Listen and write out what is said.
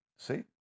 See